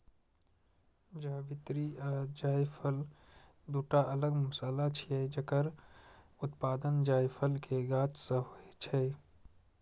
जावित्री आ जायफल, दूटा अलग मसाला छियै, जकर उत्पादन जायफल के गाछ सं होइ छै